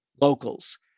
locals